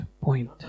point